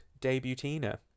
debutina